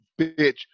bitch